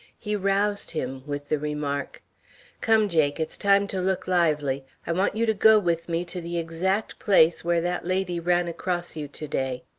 he roused him with the remark come, jake, it's time to look lively. i want you to go with me to the exact place where that lady ran across you to-day.